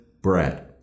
bread